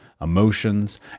emotions